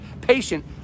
patient